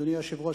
אדוני היושב-ראש,